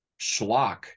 schlock